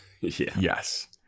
Yes